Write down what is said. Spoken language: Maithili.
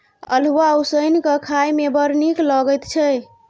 अल्हुआ उसनि कए खाए मे बड़ नीक लगैत छै